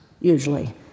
usually